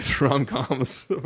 rom-coms